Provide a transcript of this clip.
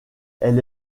elle